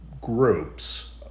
groups